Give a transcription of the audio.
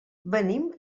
venim